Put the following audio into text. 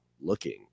looking